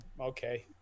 okay